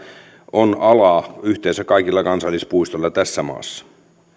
on alaa yhteensä kaikilla kansallispuistoilla tässä maassa